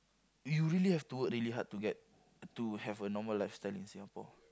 you really have to work really hard to get to have a normal lifestyle in Singapore